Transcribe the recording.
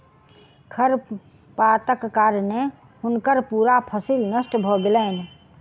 खरपातक कारणें हुनकर पूरा फसिल नष्ट भ गेलैन